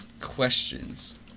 questions